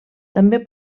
també